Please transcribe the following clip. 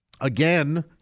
again